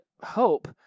hope